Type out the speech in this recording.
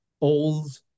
old